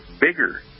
bigger